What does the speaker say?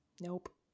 Nope